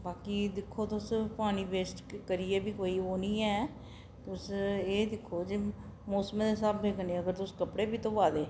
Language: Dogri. बाकी दिक्खो तुस पानी वेस्ट करियै बी कोई ओह् नी ऐ तुस एह् दिक्खो जे मौसमै दे स्हाबै कन्नै अगर तुस कपड़े बी धोआ दे